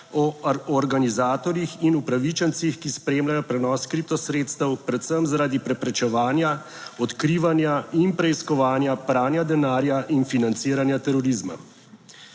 o organizatorjih in upravičencih, ki spremljajo prenos kriptosredstev, predvsem zaradi preprečevanja, odkrivanja in preiskovanja pranja denarja in financiranja terorizma.